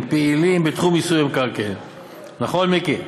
הם פעילים בתחום מיסוי המקרקעין, נכון, מיקי?